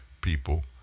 people